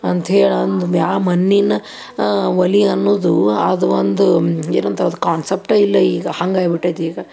ಅಂಥೇಳಿ ಅಂದು ಮ್ಯಾ ಮಣ್ಣಿನ ಒಲೆ ಅನ್ನೋದು ಆದ ಒಂದು ಏನಂತಾರೆ ಅದಕ್ಕೆ ಕಾನ್ಸೆಪ್ಟೆ ಇಲ್ಲ ಈಗ ಹಾಗಾಗ್ಬಿಟ್ಟೈತಿ ಈಗ